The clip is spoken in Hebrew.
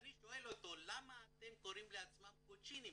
אני שואל אותו, למה אתם קוראים לעצמכם קוצ'ינים?